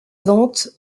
vente